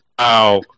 Ow